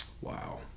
wow